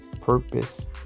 purpose